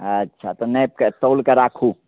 अच्छा तऽ नापिके तौलके राखू